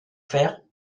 faire